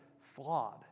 flawed